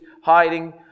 hiding